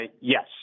Yes